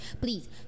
please